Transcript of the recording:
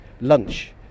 Lunch